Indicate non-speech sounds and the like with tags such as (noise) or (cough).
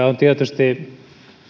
(unintelligible) on tietysti